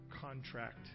contract